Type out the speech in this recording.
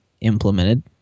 implemented